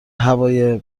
هوای